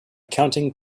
counting